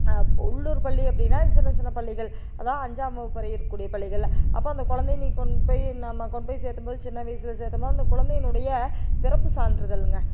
உள்ளுர் பள்ளி அப்படின்னா சின்ன சின்ன பள்ளிகள் அதுதான் அஞ்சாம் வகுப்பு வரையும் இருக்கக்கூடிய பள்ளிகளில் அப்போ அந்த கொழந்தை நீ கொண்டு போய் நம்ம கொண்டு போய் சேர்த்தம்போது சின்ன வயசில சேர்த்தம்போது அந்த குழந்தையினுடைய பிறப்புச் சான்றிதழுங்க